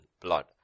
blood